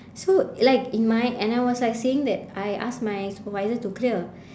so like in my and I was like saying that I asked my supervisors to clear